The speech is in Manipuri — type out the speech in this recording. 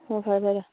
ꯍꯣꯏ ꯍꯣꯏ ꯐꯔꯦ